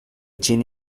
china